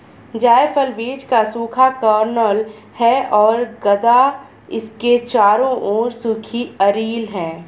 जायफल बीज का सूखा कर्नेल है और गदा इसके चारों ओर सूखी अरिल है